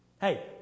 Hey